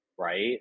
right